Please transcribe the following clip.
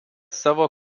savo